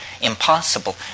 impossible